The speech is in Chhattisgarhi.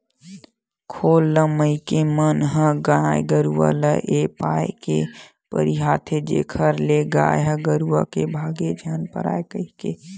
खोल ल मनखे मन ह गाय गरुवा ले ए पाय के पहिराथे जेखर ले गाय गरुवा ह भांगे झन पाय कहिके